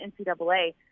NCAA